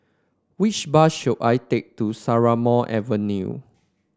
which bus should I take to Strathmore Avenue